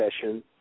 session